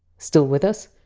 still with us?